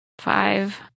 Five